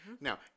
Now